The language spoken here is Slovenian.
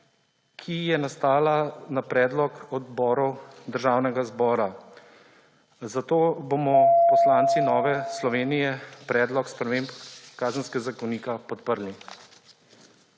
ki je nastala na predlog odborov Državnega zbora. Zato bomo poslanci Nove Slovenije predlog sprememb Kazenskega zakonika podprli.